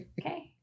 okay